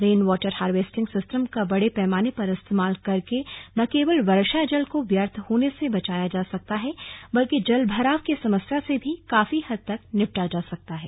rain water harvesting system का बड़े पैमाने पर इस्तेमाल करके न केवल वर्षा जल को व्यर्थ होने से बचाया जा सकता है बल्कि जल भराव की समस्या से भी काफी हद तक निपटा जा सकता है